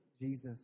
Jesus